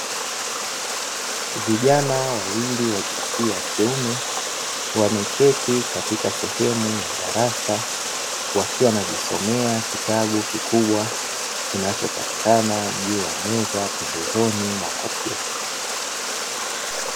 Vijana wawili wa jinsia ya kiume wameketi katika sehemu ya darasa, wakiwa wanajisomea kitabu kikubwa, kinachopatikana juu ya meza pembezoni mwa kompyuta.